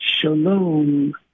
Shalom